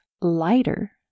lighter